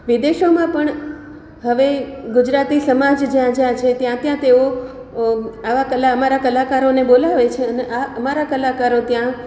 વિદેશોમાં પણ હવે ગુજરાતી સમાજ જ્યાં જ્યાં છે ત્યાં ત્યાં તેઓ આવા અમારા કલાકારોને બોલાવે છે અને આ અમારા કલાકારો ત્યાં